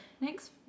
next